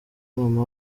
mama